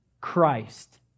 Christ